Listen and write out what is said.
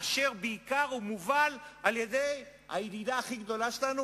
בעיקר כאשר הוא מובל על-ידי הידידה הכי גדולה שלנו,